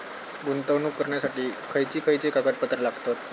गुंतवणूक करण्यासाठी खयची खयची कागदपत्रा लागतात?